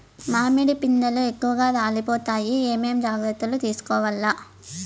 మామిడి పిందెలు ఎక్కువగా రాలిపోతాయి ఏమేం జాగ్రత్తలు తీసుకోవల్ల?